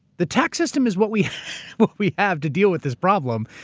the tax system is what we what we have to deal with this problem.